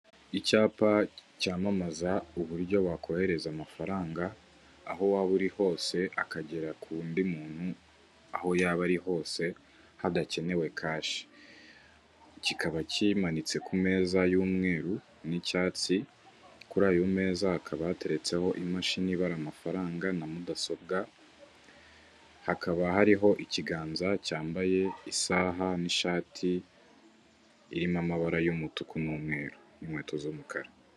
Icyapa cyamamaza uburyo wakohereza amafaranga aho waba uri hose akagera k’undi muntu aho yaba ari hose hadakenewe cash, kikaba kimanitse ku meza y'umweru n'icyatsi. Kur’ayo meza hakaba hateretseho imashini ibara amafaranga na mudasobwa, hakaba hariho ikiganza cyambaye isaha n'ishati irimo amabara y'umutuku n'umweru, inkweto z'umukara.